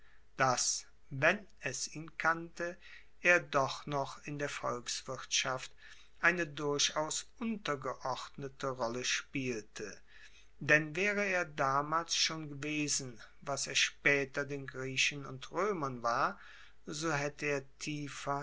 dass wenn es ihn kannte er doch noch in der volkswirtschaft eine durchaus untergeordnete rolle spielte denn waere er damals schon gewesen was er spaeter den griechen und roemern war so haette er